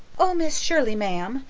oh, miss shirley, ma'am,